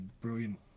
brilliant